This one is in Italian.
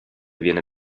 viene